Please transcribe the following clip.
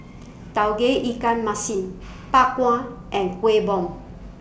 Tauge Ikan Masin Bak Kwa and Kueh Bom